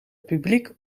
publiek